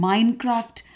Minecraft